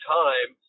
time